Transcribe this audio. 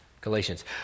Galatians